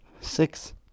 six